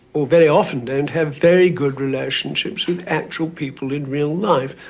or very often don't have very good relationships with actual people in real life.